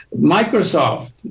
Microsoft